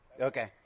Okay